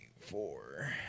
Four